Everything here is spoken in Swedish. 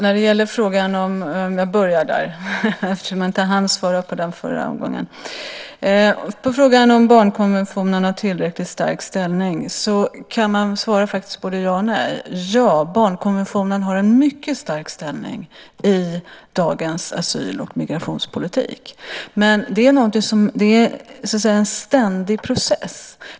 Herr talman! Eftersom jag inte hann svara på den frågan i förra omgången börjar jag där. På frågan om barnkonventionen har en tillräckligt stark ställning går det att svara både ja och nej. Ja, barnkonventionen har en mycket stark ställning i dagens asyl och migrationspolitik. Men det är en ständig process.